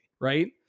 right